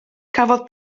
cafodd